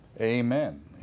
Amen